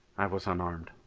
i was unarmed.